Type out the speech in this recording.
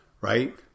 Right